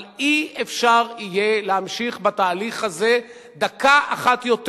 אבל לא יהיה אפשר להמשיך בתהליך הזה דקה אחת יותר,